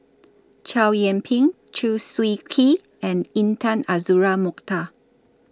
Chow Yian Ping Chew Swee Kee and Intan Azura Mokhtar